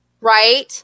Right